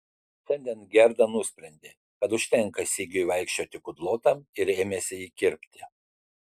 šiandien gerda nusprendė kad užtenka sigiui vaikščioti kudlotam ir ėmėsi jį kirpti